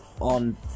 on